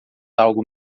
algo